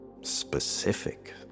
specific